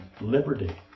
liberty